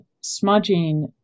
smudging